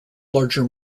larger